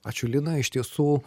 ačiū lina iš tiesų